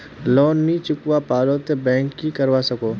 Loan नी चुकवा पालो ते बैंक की करवा सकोहो?